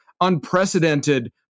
unprecedented